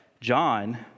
John